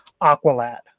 Aqualad